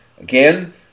Again